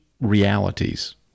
realities